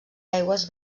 aigües